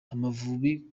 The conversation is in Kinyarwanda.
amavubi